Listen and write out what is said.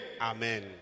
Amen